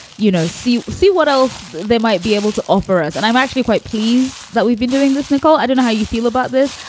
you know, see see what else they might be able to offer us. and i'm actually quite pleased that we've been doing this, nicole. i don't know how you feel about this,